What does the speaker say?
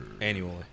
Annually